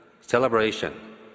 celebration